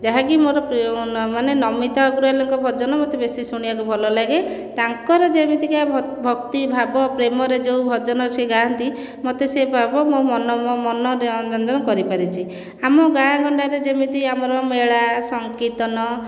ଯାହାକି ମୋର ପ୍ରିୟମାନେ ନମିତା ଅଗ୍ରୱାଲଙ୍କ ଭଜନ ମୋତେ ବେଶୀ ଶୁଣିବାକୁ ଭଲ ଲାଗେ ତାଙ୍କର ଯେମିତିକା ଭକ୍ତିଭାବ ପ୍ରେମରେ ଯେଉଁ ଭଜନ ସେ ଗାଆନ୍ତି ମୋତେ ସିଏ ଭାବ ମୋ ମନ ମୋ ମନୋରଞ୍ଜନ କରିପାରିଛି ଆମ ଗାଁ ଗଣ୍ଡାରେ ଯେମିତି ଆମର ମେଳା ସଂକୀର୍ତ୍ତନ